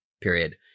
period